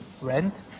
rent